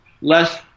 less